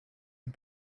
and